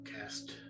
cast